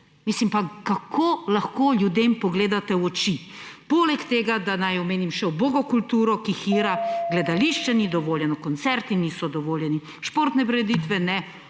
Mislim, pa kako lahko ljudem pogledate v oči! Poleg tega, da naj omenim še ubogo kulturo, ki hira, gledališče ni dovoljeno, koncerti niso dovoljeni, športne prireditve ne,